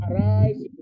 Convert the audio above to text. Arise